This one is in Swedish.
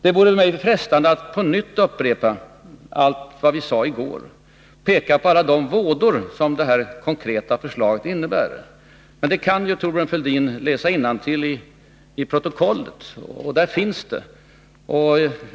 Det vore frestande för mig att på nytt upprepa allt vad vi sade i går, peka på alla de vådor som det här konkreta förslaget innebär. Men Thorbjörn Fälldin kan ju läsa innantill i protokollet om detta — där finns det.